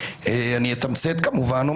אתמצת כמובן,